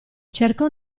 cercò